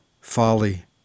folly